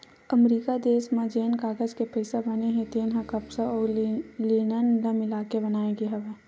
अमरिका देस म जेन कागज के पइसा बने हे तेन ह कपसा अउ लिनन ल मिलाके बनाए गे हवय